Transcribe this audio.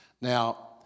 Now